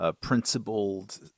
principled